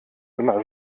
immer